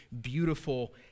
beautiful